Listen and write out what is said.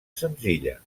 senzilla